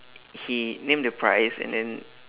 he name the price and then